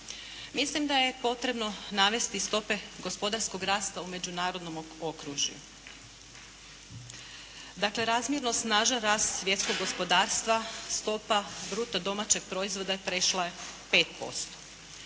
Mislim da je potrebno navesti stope gospodarskog rasta u međunarodnom okružju. Dakle, razmjerno snažan rast svjetskog gospodarstva stopa bruto domaćeg proizvoda je prešla 5%.